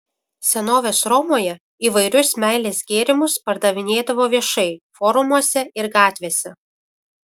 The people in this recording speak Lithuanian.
senovės romoje įvairius meilės gėrimus pardavinėdavo viešai forumuose ir gatvėse